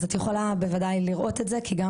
אז את יכולה בוודאי לראות את זה כי גם